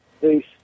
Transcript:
Peace